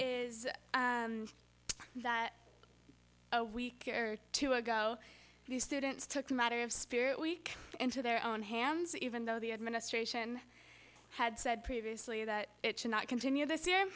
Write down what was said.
is that a week or two ago the students took the matter of spirit week into their own hands even though the administration had said previously that it should not continue this year